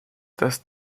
dass